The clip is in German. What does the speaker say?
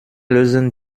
lösen